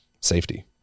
safety